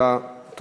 לא תודה, אני בעד.